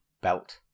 belt